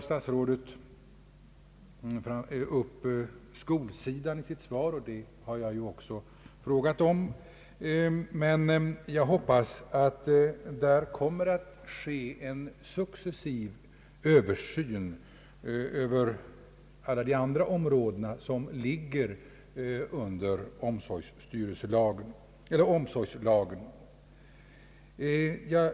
Statsrådet tar i sitt svar upp skolsidan, och min fråga gäller också den, men jag hoppas att det kommer att ske en successiv översyn av alla de andra områdena som berörs av omsorgslagen.